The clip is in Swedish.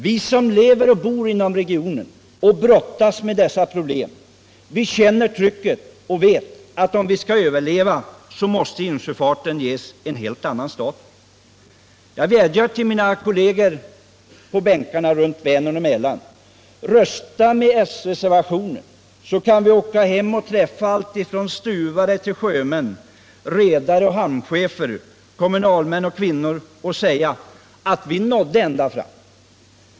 Vi som lever och bor inom regionen och brottas med dessa problem känner trycket och vet att om vi skall överleva måste insjöfarten ges en helt annan status. Jag vädjar till mina kolleger här som bor runt Vänern och Mälaren: Rösta med s-reservationen, så kan vi åka hem och träffa alla ända från stuvare till sjömän, redare och hamncehefer, kommunalmän och kvinnor och säga till dem att vi nådde ända fram!